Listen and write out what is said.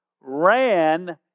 ran